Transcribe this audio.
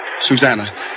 Susanna